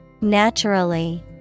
Naturally